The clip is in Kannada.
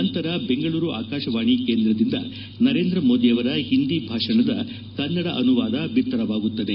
ನಂತರ ಬೆಂಗಳೂರು ಆಕಾಶವಾಣಿ ಕೇಂದ್ರದಿಂದ ನರೇಂದ್ರ ಮೋದಿಯವರ ಹಿಂದಿ ಭಾಷಣದ ಕನ್ನಡ ಅನುವಾದ ಬಿತ್ತರವಾಗುತ್ತದೆ